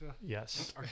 Yes